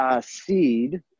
Seed